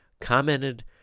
commented